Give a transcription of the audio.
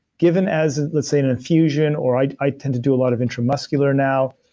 given as let's say an infusion or i i tend to do a lot of intramuscular now,